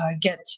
get